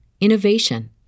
innovation